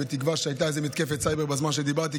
בתקווה שהייתה איזו מתקפת סייבר בזמן שדיברתי,